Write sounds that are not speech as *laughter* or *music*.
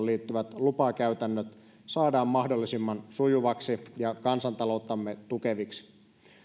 *unintelligible* liittyvät lupakäytännöt saadaan mahdollisimman sujuviksi ja kansantalouttamme tukeviksi